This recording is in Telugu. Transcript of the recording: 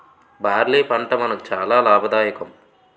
బార్లీ పంట మనకు చాలా లాభదాయకం